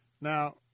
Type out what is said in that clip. Now